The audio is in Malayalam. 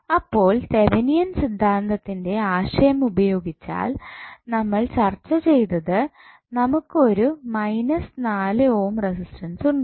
അപ്പോൾ തെവനിയൻ സിദ്ധാന്തത്തിൻ്റെ ആശയം ഉപയോഗിച്ചാൽ നമ്മൾ ചർച്ച ചെയ്തത് നമുക്ക് ഒരു ഓം റെസിസ്റ്റൻസ് ഉണ്ടാകും